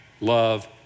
love